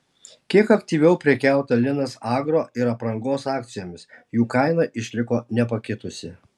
kiek aktyviau prekiauta linas agro ir aprangos akcijomis jų kaina išliko nepakitusi